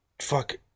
fuck